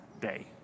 day